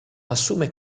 assume